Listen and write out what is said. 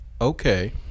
okay